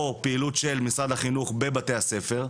או פעילות של משרד החינוך בבתי הספר,